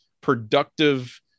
productive